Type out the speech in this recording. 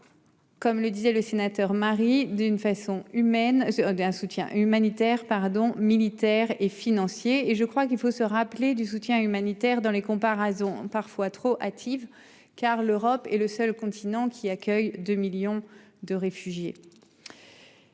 Comme le disait le sénateur Marie d'une façon humaine. J'avais un soutien humanitaire pardon militaire et financier et je crois qu'il faut se rappeler du soutien humanitaire dans les comparaisons parfois trop hâtives. Car l'Europe est le seul continent qui accueille 2 millions de réfugiés.